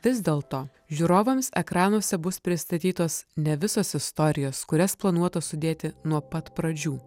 vis dėlto žiūrovams ekranuose bus pristatytos ne visos istorijas kurias planuota sudėti nuo pat pradžių